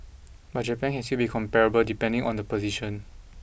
but Japan can still be comparable depending on the position